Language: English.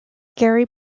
gary